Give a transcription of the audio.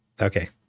okay